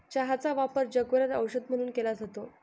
चहाचा वापर जगभरात औषध म्हणून केला जातो